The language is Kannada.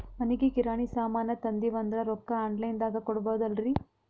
ಮನಿಗಿ ಕಿರಾಣಿ ಸಾಮಾನ ತಂದಿವಂದ್ರ ರೊಕ್ಕ ಆನ್ ಲೈನ್ ದಾಗ ಕೊಡ್ಬೋದಲ್ರಿ?